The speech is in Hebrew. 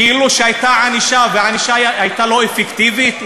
כאילו שהייתה הענישה, והענישה הייתה לא אפקטיבית?